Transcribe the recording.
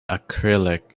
acrylic